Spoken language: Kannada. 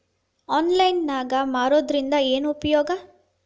ಆನ್ಲೈನ್ ನಾಗ್ ಮಾರೋದ್ರಿಂದ ಏನು ಉಪಯೋಗ?